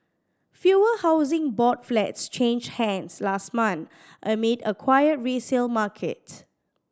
fewer Housing Board flats changed hands last month amid a quiet resale market